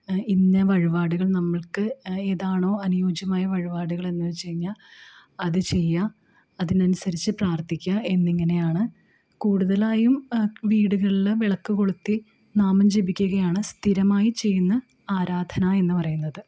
ഇന്ന വഴിപാടുകൾ നമ്മൾക്ക് ഏതാണോ അനുയോജ്യമായ വഴിപാടുകൾ എന്നു വച്ചുകഴിഞ്ഞാല് അത് ചെയ്യുക അതിനനുസരിച്ച് പ്രാർത്ഥിക്കുക എന്നിങ്ങനെയാണ് കൂടുതലായും വീടുകളില് വിളക്ക് കൊളുത്തി നാമം ജപിക്കുകയാണ് സ്ഥിരമായി ചെയ്യുന്ന ആരാധന എന്ന് പറയുന്നത്